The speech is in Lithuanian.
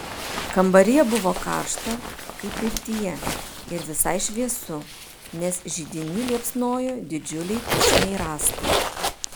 kambaryje buvo karšta kaip pirtyje ir visai šviesu nes židiny liepsnojo didžiuliai pušiniai rąstai